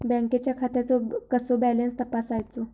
बँकेच्या खात्याचो कसो बॅलन्स तपासायचो?